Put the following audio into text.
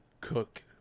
cook